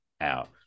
out